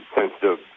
sensitive